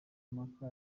mpaka